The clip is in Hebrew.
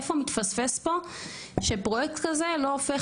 איפה מתפספס פה שפרויקט כזה לא הופך